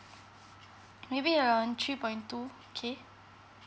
maybe around three point two K